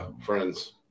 friends